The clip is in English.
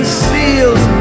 seals